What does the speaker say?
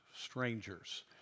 strangers